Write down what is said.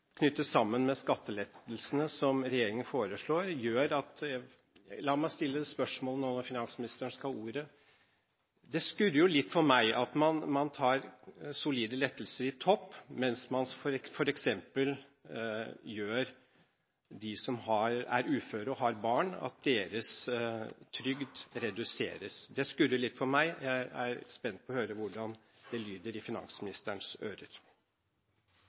litt for meg at man gir solide lettelser i topp, mens man f.eks. reduserer trygden til dem som er uføre og har barn. Det skurrer litt i mine ører. Jeg er spent på å høre hvordan det lyder i finansministerens ører.